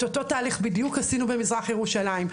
את אותו תהליך בדיוק עשינו במזרח ירושלים.